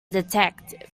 detective